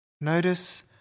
Notice